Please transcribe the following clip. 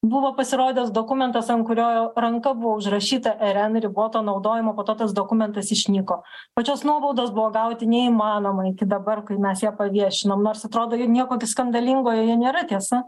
buvo pasirodęs dokumentas ant kurio ranka buvo užrašyta rn riboto naudojimo po to tas dokumentas išnyko pačios nuobaudos buvo gauti neįmanoma iki dabar kai mes ją paviešinom nors atrodo nieko gi skandalingo joje nėra tiesa